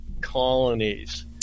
colonies